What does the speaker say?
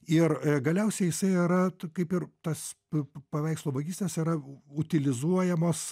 ir galiausiai jisai yra ta kaip ir tas paveikslo vagystės yra utilizuojamos